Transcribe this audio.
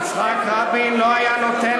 יצחק רבין לא היה נותן